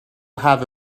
have